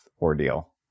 ordeal